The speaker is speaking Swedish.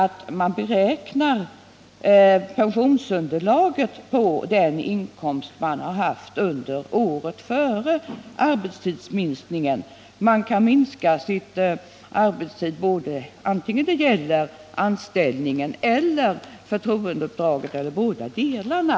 Vidare skall pensionsunderlaget beräknas på den inkomst arbetstagaren haft under året före arbetstidsminskningen, oavsett om det gäller anställning eller förtroendeuppdrag eller båda delarna.